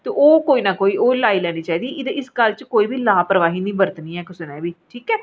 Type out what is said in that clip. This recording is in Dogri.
ते ओह् कोई ना कोई लाई लैना चाहिदी इस गल्ल च कोई बी ला परवाही नी बर्तनी कुसै ने बी ठीक ऐ